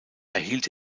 erhielt